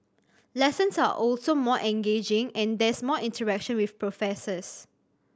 lessons are also more engaging and there's more interaction with professors